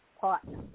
partner